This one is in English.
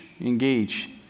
engage